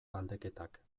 galdeketak